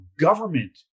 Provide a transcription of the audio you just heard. government